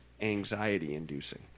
anxiety-inducing